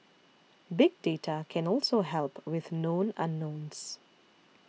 big data can also help with known unknowns